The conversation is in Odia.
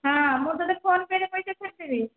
ହଁ ମୁଁ ତୋତେ ଫୋନ୍ ପେ'ରେ ପଇସା ଛାଡ଼ି ଦେବି